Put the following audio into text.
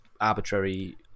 arbitrary